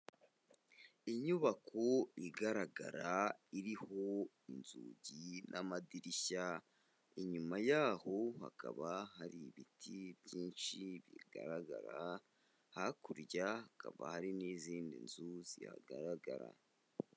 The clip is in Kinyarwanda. Inyubako igaragara iriho inzugi n'amadirishya, inyuma yaho hakaba hari ibiti byinshi bigaragara, hakurya hakaba hari n'izindi nzu zihagaragara.